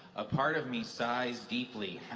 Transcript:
a part of me sighs deeply,